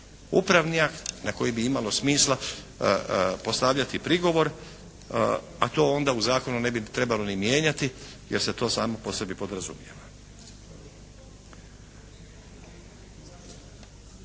upravni akt na koji bi imalo smisla postavljati prigovor. A to onda u zakonu ne bi trebalo ni mijenjati, jer se to samo po sebi podrazumijeva.